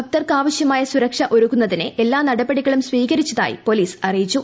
ഭക്തർക്കാവശ്യമായ സുരക്ഷ ഒരുക്കുന്നതിന് എല്ലാ നടപടികളും സ്വീകരിച്ചതായി പോലീസ് അറിയിച്ചു